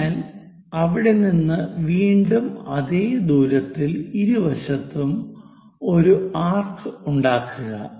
അതിനാൽ അവിടെ നിന്ന് വീണ്ടും അതേ ദൂരത്തിൽ ഇരുവശത്തും ഒരു ആർക് ഉണ്ടാക്കുക